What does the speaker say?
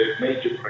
major